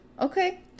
Okay